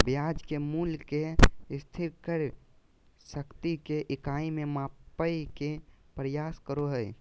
ब्याज के मूल्य के स्थिर क्रय शक्ति के इकाई में मापय के प्रयास करो हइ